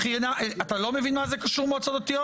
אתה לא מבין מה זה קשור מועצות דתיות?